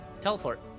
Teleport